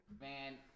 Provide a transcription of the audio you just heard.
Man